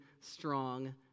strong